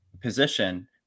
position